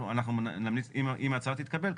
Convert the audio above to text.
אם ההצעה תתקבל,